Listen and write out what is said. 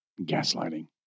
Gaslighting